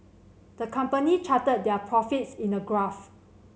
the company charted their profits in a graph